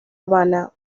habana